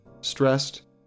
stressed